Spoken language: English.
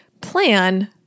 plan